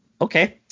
Okay